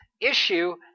issue